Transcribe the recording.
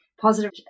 positive